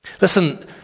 Listen